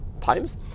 times